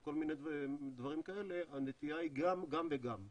וכל מיני דברים כאלה הנטייה היא גם וגם,